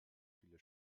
viele